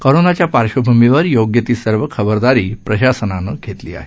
कोरोनाच्या पार्श्वभूमीवर योग्य ती सर्व खरबरदारी प्रशासनानं घेतली आहे